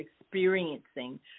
experiencing